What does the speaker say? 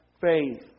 faith